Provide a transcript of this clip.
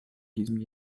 diesem